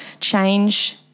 change